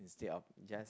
instead of just